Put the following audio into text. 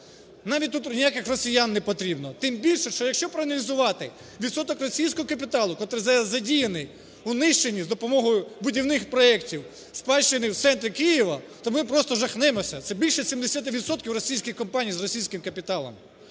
Навіть тут ніяких росіян непотрібно. Тим більше, що якщо проаналізувати відсоток російського капіталу, котрий задіяний у нищенні за допомогою будівних проектів спадщини в центрі Києва, то ми просто жахнемося – це більше 70 відсотків російських компаній з російським капіталом.